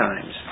times